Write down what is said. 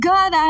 God